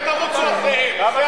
אין דבר, אתם תרוצו אחרי האנשים האלה.